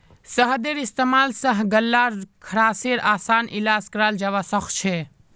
शहदेर इस्तेमाल स गल्लार खराशेर असान इलाज कराल जबा सखछे